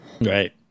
Right